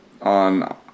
on